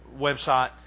website